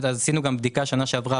בשנה שעברה